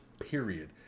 period